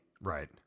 Right